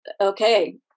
okay